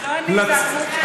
זה לא אני, זו הדמות שלי.